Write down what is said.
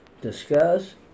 discuss